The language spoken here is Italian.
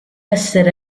essere